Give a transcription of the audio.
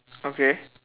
okay